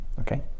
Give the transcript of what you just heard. okay